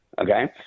Okay